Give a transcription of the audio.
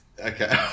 Okay